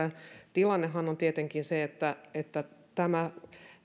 tilannehan on tietenkin se että että